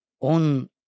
on